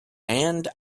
and